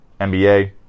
NBA